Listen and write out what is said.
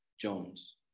Jones